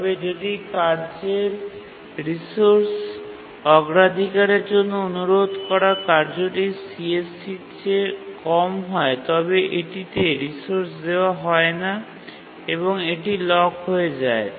তবে যদি কার্যের রিসোর্স অগ্রাধিকারের জন্য অনুরোধ করা কার্যটি CSC এর চেয়ে কম হয় তবে এটিতে রিসোর্স দেওয়া হয় না এবং এটি লক হয়ে যায়